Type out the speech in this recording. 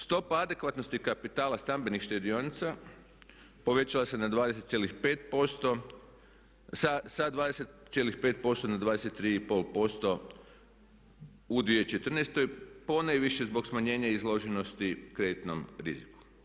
Stopa adekvatnosti kapitala stambenih štedionica povećala se na 20,5%, sa 20,5% na 23,5% u 2014. ponajviše zbog smanjenja izloženosti kreditnom riziku.